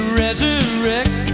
resurrect